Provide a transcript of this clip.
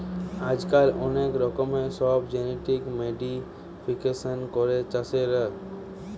আজকাল অনেক রকমের সব জেনেটিক মোডিফিকেশান করে চাষের